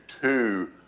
two